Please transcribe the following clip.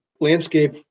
landscape